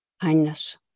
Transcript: kindness